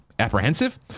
Apprehensive